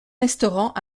restaurant